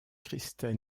kristen